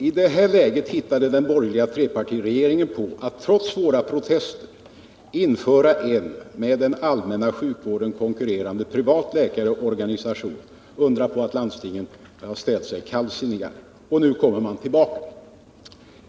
I detta läge hittade den borgerliga trepartiregeringen på att — trots våra protester — införa en med den allmänna sjukvården konkurrerande privat läkarorganisation. Undra på att landstingen ställt sig kallsinniga.